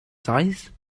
size